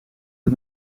dat